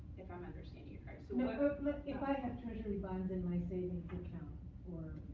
if i'm understanding you so like if i had treasury bonds in my savings account